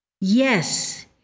Yes